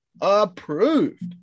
approved